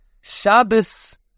Shabbos